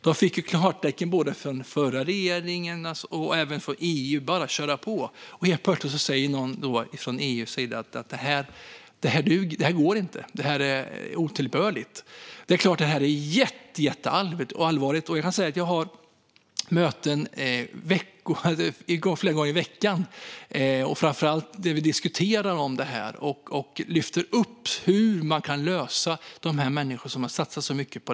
De fick klartecken från både den förra regeringen och EU om att det bara var att köra på. Men helt plötsligt säger någon från EU:s sida att det inte går och att det är otillbörligt. Det här är självklart jätteallvarligt. Jag har möten flera gånger i veckan då vi framför allt diskuterar detta och tar upp hur man kan lösa problemen för de människor som har satsat så mycket.